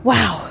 Wow